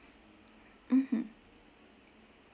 mmhmm